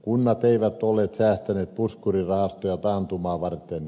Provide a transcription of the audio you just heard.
kunnat eivät olleet säästäneet puskurirahastoja taantumaa varten